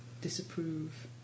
disapprove